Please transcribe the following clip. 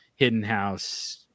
Hiddenhouse